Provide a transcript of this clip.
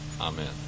amen